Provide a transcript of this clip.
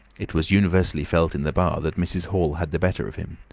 it was universally felt in the bar that mrs. hall had the better of him.